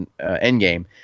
Endgame